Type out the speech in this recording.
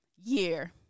year